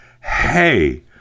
hey